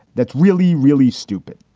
that's really, really stupid.